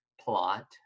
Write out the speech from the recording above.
plot